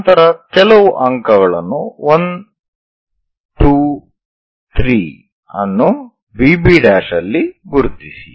ನಂತರ ಕೆಲವು ಅಂಕಗಳನ್ನು 1 2 3 ಅನ್ನು VB ಯಲ್ಲಿ ಗುರುತಿಸಿ